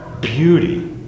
beauty